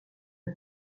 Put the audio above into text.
het